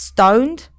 Stoned